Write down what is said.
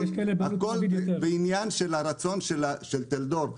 הכול בעניין של הרצון של טלדור,